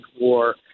war